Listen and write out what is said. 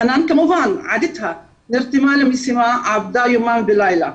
חנאן כמובן נרתמה למשימה ועבדה יומם ולילה.